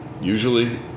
usually